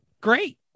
great